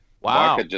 Wow